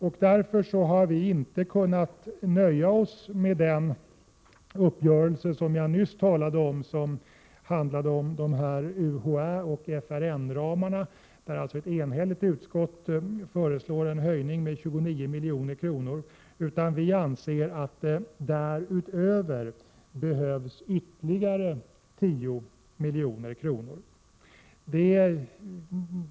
Vi har därför inte kunnat nöja oss med den uppgörelse som jag nyss talade om som rörde UHÄ och FRN-ramarna. Ett enhälligt utskott föreslår en höjning med 29 milj.kr. Vi anser att det därutöver behövs ytterligare 10 milj.kr.